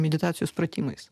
meditacijos pratimais